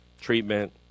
treatment